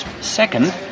second